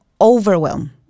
overwhelm